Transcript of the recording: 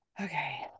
okay